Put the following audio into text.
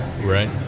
Right